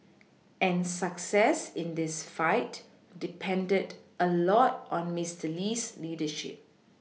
and success in this fight depended a lot on Mister Lee's leadership